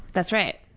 that's right.